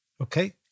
okay